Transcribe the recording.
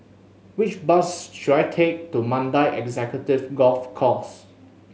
which bus should I take to Mandai Executive Golf Course